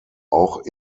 auch